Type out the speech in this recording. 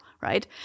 Right